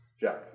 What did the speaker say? Jack